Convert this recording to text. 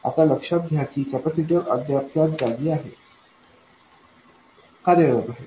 आता लक्षात घ्या की कॅपेसिटर अद्याप त्याच जागी आहेत कार्यरत आहेत